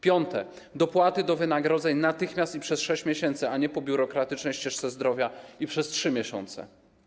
Piąte - dopłaty do wynagrodzeń natychmiast i przez 6 miesięcy, a nie po biurokratycznej ścieżce zdrowia i przez 3 miesiące.